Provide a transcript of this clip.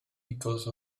because